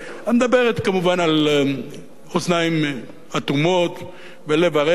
ואת מדברת כמובן לאוזניים אטומות ולב ערל.